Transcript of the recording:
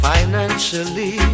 Financially